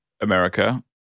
America